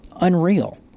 unreal